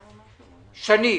שנית,